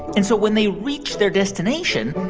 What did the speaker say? and so when they reach their destination,